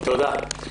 תודה.